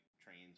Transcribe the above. trains